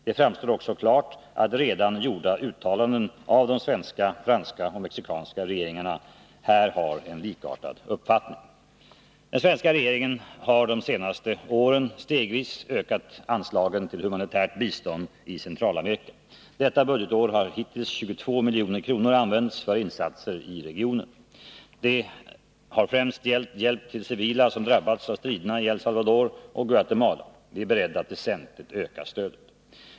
Det framstår också klart av redan gjorda uttalanden att de svenska, franska och mexikanska regeringarna här har en likartad uppfattning. Den svenska regeringen har de senaste åren stegvis ökat anslagen till humanitärt bistånd i Centralamerika. Detta budgetår har hittills 22 milj.kr. använts för insatser i regionen. Det har främst gällt hjälp till civila som drabbats av striderna i El Salvador och Guatemala. Vi är beredda att väsentligt öka stödet.